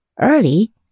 Early